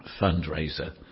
fundraiser